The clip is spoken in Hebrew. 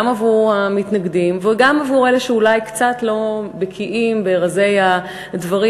גם עבור המתנגדים וגם עבור אלה שאולי קצת לא בקיאים ברזי הדברים,